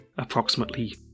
approximately